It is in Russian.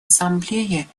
ассамблеи